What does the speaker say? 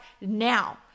now